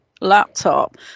laptop